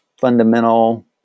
fundamental